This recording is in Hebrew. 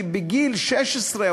כי מגיל 16,